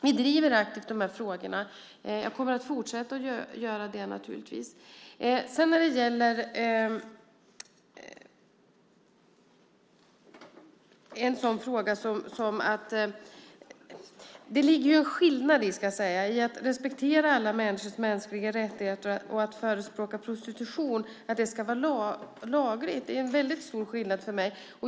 Vi driver aktivt de här frågorna, och jag kommer naturligtvis att fortsätta göra det. Det ligger en skillnad i att respektera alla människors mänskliga rättigheter och att förespråka att prostitution ska vara lagligt. Det är en väldigt stor skillnad för mig.